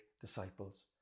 disciples